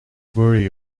worry